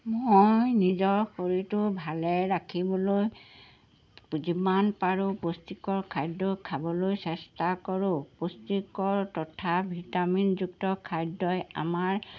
মই নিজৰ শৰীৰটো ভালে ৰাখিবলৈ যিমান পাৰোঁ পুষ্টিকৰ খাদ্য খাবলৈ চেষ্টা কৰোঁ পুষ্টিকৰ তথা ভিটামিনযুক্ত খাদ্যই আমাৰ